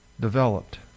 developed